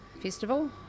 festival